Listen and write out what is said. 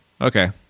Okay